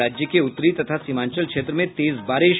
और राज्य के उत्तरी तथा सीमांचल क्षेत्र में तेज बारिश